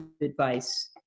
advice